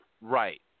Right